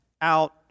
out